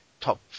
top